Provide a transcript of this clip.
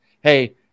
Hey